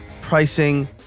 pricing